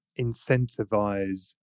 incentivize